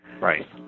Right